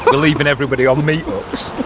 but leaving everybody on meat hooks.